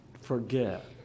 forget